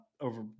over